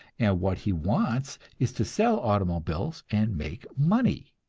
and what he wants is to sell automobiles and make money.